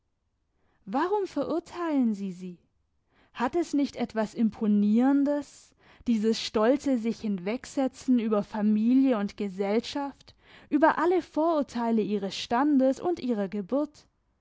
warum verurteilen sie sie hat es nicht etwas imponierendes dieses stolze sichhinwegsetzen über familie und gesellschaft über alle vorurteile ihres standes und ihrer geburt